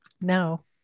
No